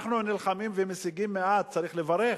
כשאנחנו נלחמים ומשיגים מעט, צריך לברך,